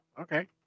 okay